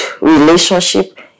relationship